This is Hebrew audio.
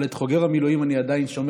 אבל את חוגר המילואים אני עדיין שומר